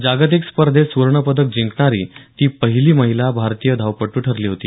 जागतिक स्पर्धेत सुवर्णपदक जिंकणारी ती पहिली भारतीय धावपटू ठरली होती